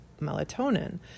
melatonin